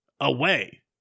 away